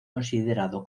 considerado